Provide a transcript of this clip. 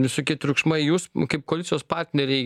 visokie triukšmai jūs kaip koalicijos partneriai